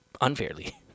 unfairly